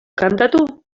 kantatu